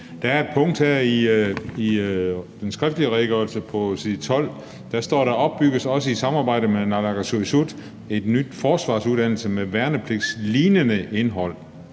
Der er et punkt her i den skriftlige redegørelse , hvor der står: »Der opbygges også i samarbejde med Naalakkersuisut en ny forsvarsuddannelse med værnepligtslignende indhold